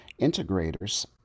integrators